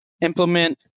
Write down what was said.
implement